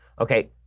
Okay